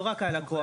לא רק הלקוח.